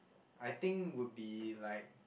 I think would be like